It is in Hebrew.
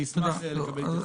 אשמח לקבל תשובות.